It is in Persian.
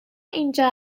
اینجا